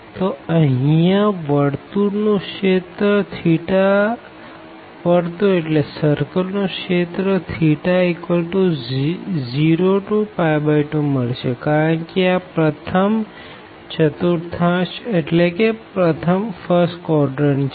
તો અહિયાં સર્કલ નું રિજિયન θ0 to2 મળશે કારણ કે આ ફર્સ્ટ કોડરન્ટછે